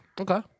okay